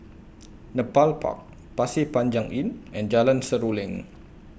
Nepal Park Pasir Panjang Inn and Jalan Seruling